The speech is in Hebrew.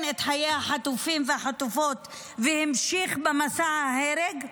את חיי החטופים והחטופות והמשיך במסע ההרג,